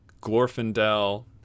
glorfindel